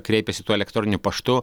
kreipiasi tuo elektroniniu paštu